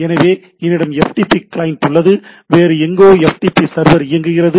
எனவே என்னிடம் FTP client உள்ளது வேறு எங்கோ எப்டிபி சர்வர் இயங்குகிறது